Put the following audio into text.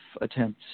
attempts